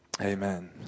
Amen